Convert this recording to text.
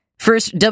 First